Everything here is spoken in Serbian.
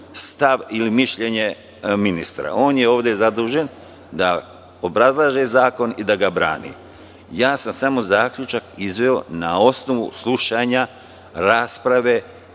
stav ili mišljenje ministra. On je ovde zadužen da obrazlaže zakon i da ga brani. Ja sam samo zaključak izveo na osnovu slušanja rasprave